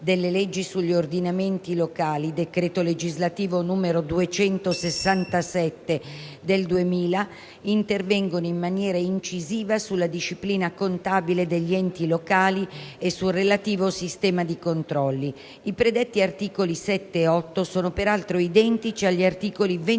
leggi sull'ordinamento degli enti locali (d. lgs n. 267 del 2000) - intervengono in maniera incisiva sulla disciplina contabile degli enti locali e sul relativo sistema di controlli; - i predetti articoli 7 e 8 sono peraltro identici agli articoli 24